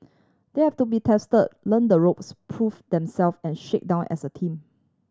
they have to be test learn the ropes prove themself and shake down as a team